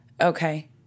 okay